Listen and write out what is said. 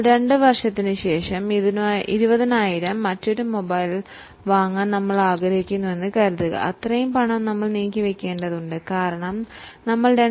2 വർഷത്തിനുശേഷം 20000 ന് മറ്റൊരു മൊബൈൽ വാങ്ങാൻ നമ്മൾ ആഗ്രഹിക്കുന്നുവെന്ന് കരുതുക അത്രയും പണം നമ്മൾ നീക്കിവെക്കേണ്ടതുണ്ട്